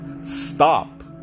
stop